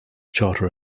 charter